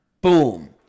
boom